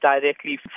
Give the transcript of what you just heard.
directly